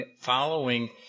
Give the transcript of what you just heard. following